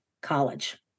College